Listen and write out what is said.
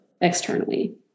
externally